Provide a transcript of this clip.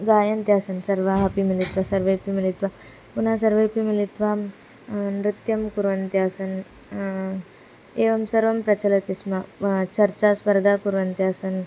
गायन्त्यासन् सर्वाः अपि मिलित्वा सर्वेपि मिलित्वा पुनः सर्वेपि मिलित्वा नृत्यं कुर्वन्ती आसन् एवं सर्वं प्रचलति स्म चर्चा स्पर्धा कुर्वन्त्यासन्